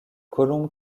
colombe